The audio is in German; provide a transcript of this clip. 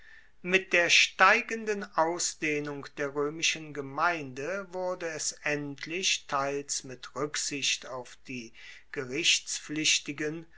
mit der steigenden ausdehnung der roemischen gemeinde wurde es endlich teils mit ruecksicht auf die